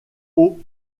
haut